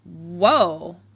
Whoa